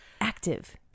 Active